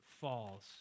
falls